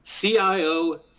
CIO